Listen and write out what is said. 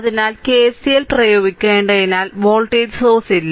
അതിനാൽ KCL പ്രയോഗിക്കേണ്ടതിനാൽ voltage source ഇല്ല